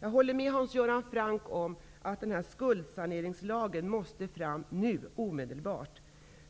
Jag håller med Hans Göran Franck om att en skuldsaneringslag måste tas fram omedelbart.